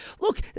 Look